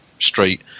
street